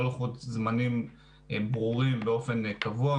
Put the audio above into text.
לא לוחות זמנים ברורים באופן קבוע,